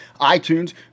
iTunes